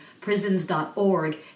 prisons.org